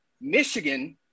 Michigan